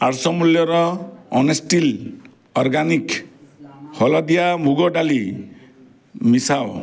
ଆଠଶହ ମୂଲ୍ୟର ଅନେଷ୍ଟିଲ୍ ଅର୍ଗାନିକ୍ ହଳଦିଆ ମୁଗ ଡାଲି ମିଶାଅ